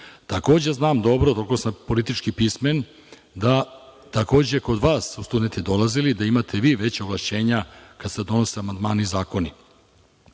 znam dobro, toliko sam politički pismen da, takođe, su kod vas studenti dolazili, da imate vi veća ovlašćenja kada se donose amandmani i zakoni.